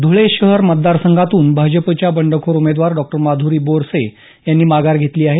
धुळे शहर मतदारसंघातून भाजपच्या बंडखोर उमेदवार डॉ माध्री बोरसे यांनी माघार घेतली आहे